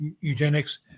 eugenics